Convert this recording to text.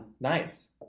Nice